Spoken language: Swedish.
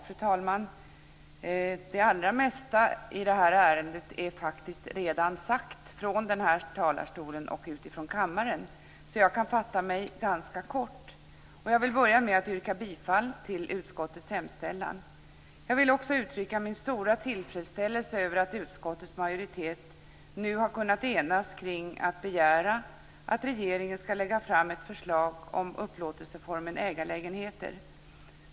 Fru talman! Det allra mesta i ärendet är faktiskt redan sagt från denna talarstol och utifrån kammaren, så jag kan fatta mig ganska kort. Jag vill börja med att yrka bifall till utskottets hemställan. Jag vill också uttrycka min stora tillfredsställelse över att utskottets majoritet nu har kunnat enas kring att begära att regeringen skall lägga fram ett förslag om upplåtelseformen ägarlägenhet.